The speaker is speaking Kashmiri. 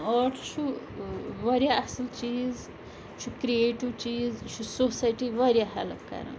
آٹ چھُ واریاہ اَصٕل چیٖز یہِ چھُ کرِییٹِو چیٖز یہِ چھُ سوسایٹی واریاہ ہٮ۪لٕپ کَران